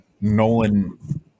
Nolan